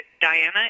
Diana